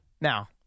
Now